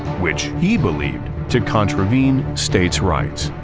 which he believed to contravene states' rights.